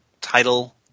title